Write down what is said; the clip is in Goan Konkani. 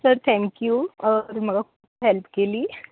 सर थँक्यू तुमी म्हाका खुब हॅल्प केली